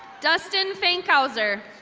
dustin finkhauser.